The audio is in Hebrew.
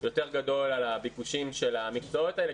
יותר גדול על ביקוש של המקצועות האלה,